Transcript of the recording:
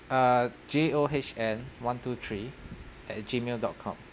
err J O H N one two three at gmail dot com